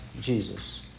Jesus